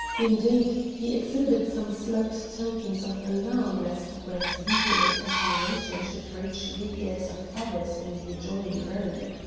indeed, he exhibited some slight tokens of alarm lest brett's vehement admiration should reach the ears of others in the adjoining room.